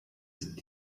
ist